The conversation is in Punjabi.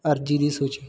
ਅਰਜ਼ੀ ਦੀ ਸੂਚੀ